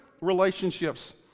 relationships